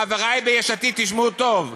חברי ביש עתיד, תשמעו טוב,